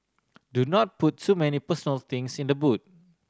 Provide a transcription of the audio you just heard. do not put too many personal things in the boot